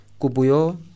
kubuyo